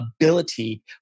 ability